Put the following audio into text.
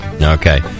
Okay